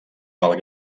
pel